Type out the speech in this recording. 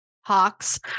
Hawks